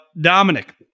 Dominic